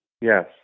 Yes